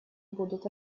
будут